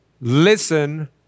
listen